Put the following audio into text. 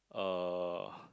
uh